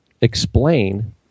explain